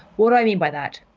what do i mean by that?